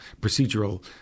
procedural